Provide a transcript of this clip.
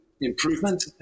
improvement